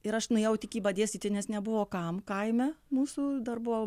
ir aš nuėjau į tikybą dėstyti nes nebuvo kam kaime mūsų dar buvo